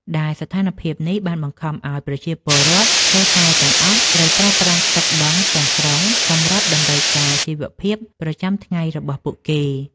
ដែលស្ថានភាពនេះបានបង្ខំឱ្យប្រជាពលរដ្ឋស្ទើរតែទាំងអស់ត្រូវប្រើប្រាស់ទឹកបឹងទាំងស្រុងសម្រាប់តម្រូវការជីវភាពប្រចាំថ្ងៃរបស់ពួកគេ។